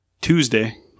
Tuesday